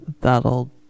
that'll